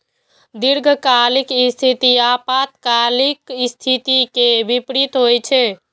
दीर्घकालिक स्थिति अल्पकालिक स्थिति के विपरीत होइ छै